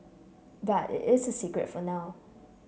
but it is a secret for now